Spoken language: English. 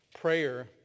prayer